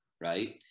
right